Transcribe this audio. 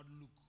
look